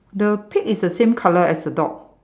the pig is the same colour as the dog